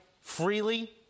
freely